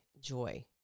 joy